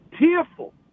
tearful